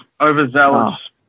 overzealous